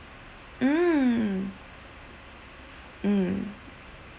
mm mm